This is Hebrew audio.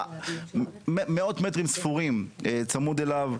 מאות מטרים ספורים צמוד אליו,